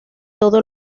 todo